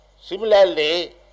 Similarly